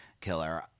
killer